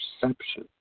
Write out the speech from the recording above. perception